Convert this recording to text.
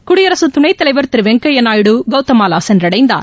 குடியரசு துணைத்தலைவர் திரு வெங்கய்ய நாயுடு கவுதமாலா சென்றடைந்தார்